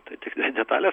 tai tiktai detalės